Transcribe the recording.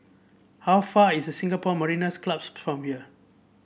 how far is Singapore Mariners' Club from here